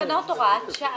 לעניין תקנות, הוראת שעה.